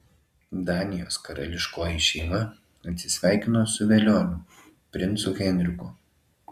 danijos karališkoji šeima atsisveikino su velioniu princu henriku